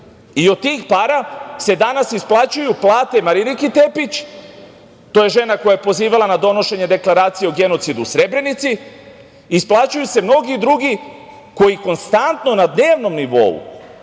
I od tih para se danas isplaćuju plate Mariniki Tepić, to je žena koja je pozivala na donošenje deklaracije o genocidu u Srebrenici, isplaćuju se mnogi drugi koji konstantno na dnevnom nivou